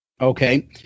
Okay